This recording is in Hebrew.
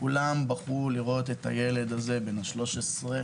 כשראו את מה שעבר הילד הזה בן ה-13.